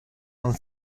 non